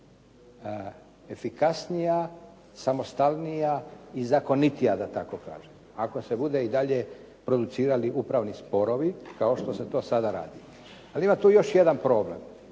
efikasnija, samostalnija i zakonitija, da tako kažem ako se bude i dalje producirali upravni sporovi, kao što se to sada radi. Ali ima tu još jedan problem.